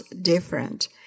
different